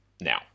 now